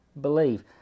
believe